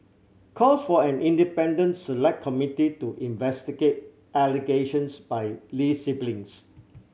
calls for an independent Select Committee to investigate allegations by Lee siblings